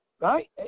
Right